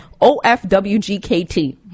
OFWGKT